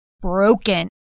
broken